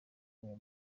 uwo